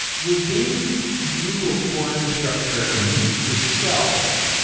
within google core infrastructure itself,